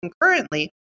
concurrently